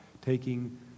taking